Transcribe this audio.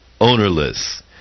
ownerless